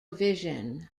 vision